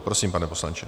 Prosím, pane poslanče.